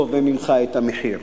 גובה ממך את המחיר.